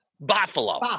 buffalo